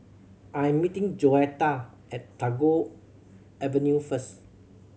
I am meeting Joetta at Tagore Avenue first